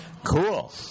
Cool